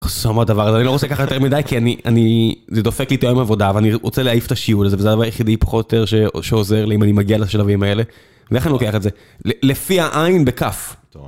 קוס אמק הדבר הזה, אני לא רוצה ככה יותר מדי, כי אני, אני... זה דופק לי ת'יום עבודה, ואני רוצה להעיף את השיעור לזה, וזה הדבר היחידי פחות או יותר שעוזר לי, אם אני מגיע לשלבים האלה. ואיך אני לוקח את זה? לפי העין בכף.